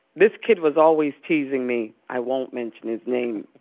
this kid was always teasing me, i won't mention his name.